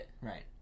right